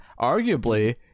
arguably